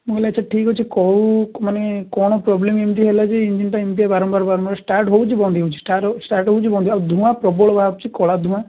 ହେଲା ତ ଠିକ୍ ଅଛି କେଉଁ ମାନେ କ'ଣ ପ୍ରୋବ୍ଲେମ୍ ଏମିତି ହେଲା ଯେ ଇଞ୍ଜିନ୍ଟା ଏମିତି ବାରମ୍ବାର ବାରମ୍ବାର ଷ୍ଟାର୍ଟ ହେଉଛି ବନ୍ଦ ହେଇଯାଉଛି ଷ୍ଟାର୍ଟ ହେଉଛି ବନ୍ଦ ହଉ ଆଉ ଧୂଆଁ ପ୍ରବଳ ବାହାରୁଛି କଳା ଧୂଆଁ